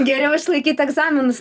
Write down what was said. geriau išlaikyt egzaminus